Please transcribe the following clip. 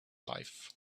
life